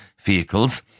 vehicles